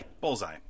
Bullseye